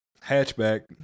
hatchback